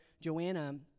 Joanna